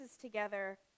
together